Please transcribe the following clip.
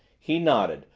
he nodded,